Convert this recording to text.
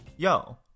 Yo